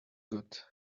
good